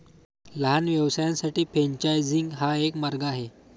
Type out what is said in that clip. लहान व्यवसायांसाठी फ्रेंचायझिंग हा एक मार्ग आहे